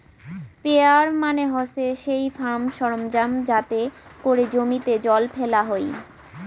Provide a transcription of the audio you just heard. sprayer মানে হসে সেই ফার্ম সরঞ্জাম যাতে করে জমিতে জল ফেলা হই